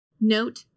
Note